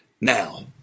now